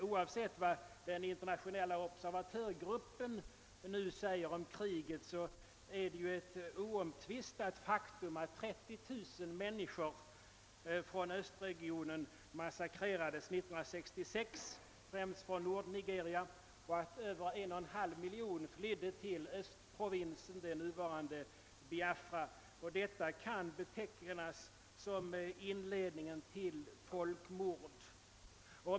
Oavsett vad den internationella observatörsgruppen säger om kriget är det ju ett oomtvistat faktum att 30 000 människor från Ööstregionen massakrerades 1966, främst från Nordnigeria, och över en och en halv miljoner människor flydde till östprovinsen, alltså det nuvarande Biafra. Detta kan betecknas som inledningen till folkmord.